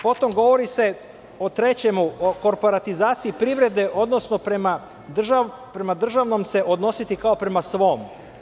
Potom, govori se o trećemu, o korporatizaciji privrede, odnosno prema državnom se odnositi kao prema svom.